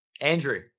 Andrew